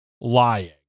lying